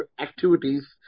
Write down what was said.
activities